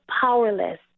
powerless